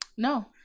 No